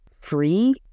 free